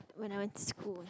whenever to school